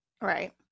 Right